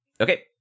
okay